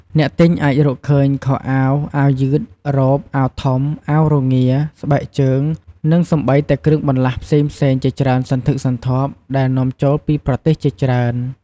អ្នកទិញអាចរកឃើញខោអាវ អាវយឺត រ៉ូប អាវធំ អាវរងារ ស្បែកជើង និងសូម្បីតែគ្រឿងបន្លាស់ផ្សេងៗជាច្រើនសន្ធឹកសន្ធាប់ដែលនាំចូលពីប្រទេសជាច្រើន។